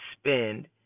spend